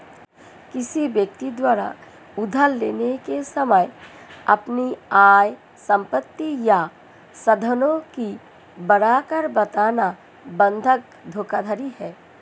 किसी व्यक्ति द्वारा उधार लेने के समय अपनी आय, संपत्ति या साधनों की बढ़ाकर बताना बंधक धोखाधड़ी है